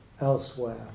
elsewhere